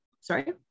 sorry